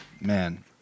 man